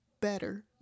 better